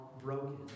broken